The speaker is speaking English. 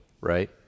right